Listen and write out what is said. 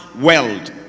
world